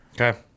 Okay